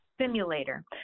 simulator